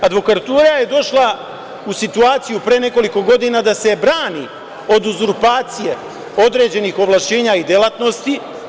Advokatura je došla u situaciju pre nekoliko godina da se brani od uzurpacije određenih ovlašćenja i delatnosti.